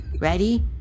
Ready